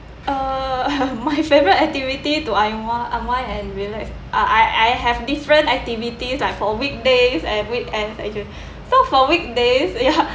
uh my favorite activity to unwind unwind and relax I I have different activities like for weekdays and weekends actually so for weekdays ya